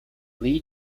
lee